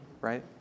right